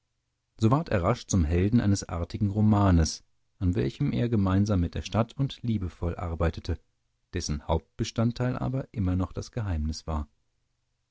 so ward er rasch zum helden eines artigen romanes an welchem er gemeinsam mit der stadt und liebevoll arbeitete dessen hauptbestandteil aber immer noch das geheimnis war